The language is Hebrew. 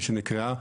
כפי שנקראה,